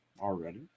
Already